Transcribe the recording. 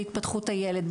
בהתפתחות הילד,